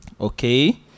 Okay